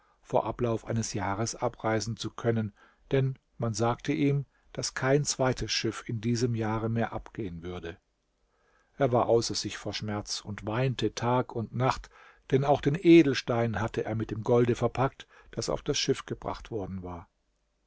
vor ablauf eines jahres abreisen zu können denn man sagte ihm daß kein zweites schiff in diesem jahre mehr abgehen würde er war außer sich vor schmerz und weinte tag und nacht denn auch den edelstein hatte er mit dem golde verpackt das auf das schiff gebracht worden war